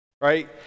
Right